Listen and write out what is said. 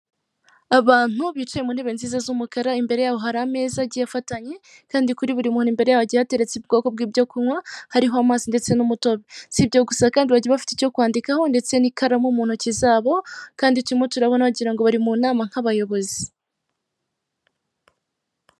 Abantu bicaye mu ntebe nziza z'umukara, imbere yabo hari ameza agiye afatanye, kandi kuri buri muntu imbere ye hagiye hateretse ubwoko bw'ibyo kunywa, hariho amazi ndetse n'umutobe, si byo gusa kandi bagiye bafite icyo kwandikaho ndetse n'ikaramu mu ntoki zabo, kandi turimo turabona wagira ngo bari mu nama nk'abayobozi.